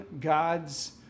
God's